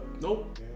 Nope